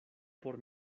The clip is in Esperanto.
por